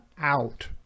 out